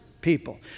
people